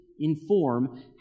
inform